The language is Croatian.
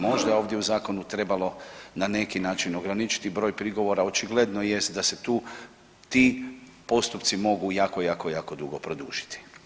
Možda je ovdje u zakonu trebalo na neki način ograničiti broj prigovora, očigledno jest da se tu ti postupci mogu jako, jako, jako dugo produžiti.